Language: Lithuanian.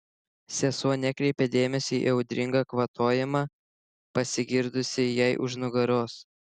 sesuo nekreipė dėmesio į audringą kvatojimą pasigirdusį jai už nugaros